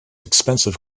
expensive